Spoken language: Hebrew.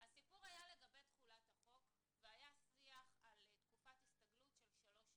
הסיפור היה לגבי תחולת החוק והיה שיח על תקופת הסתגלות של שלוש שנים,